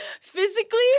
physically